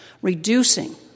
reducing